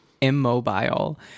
immobile